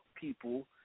people